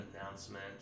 announcement